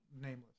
Nameless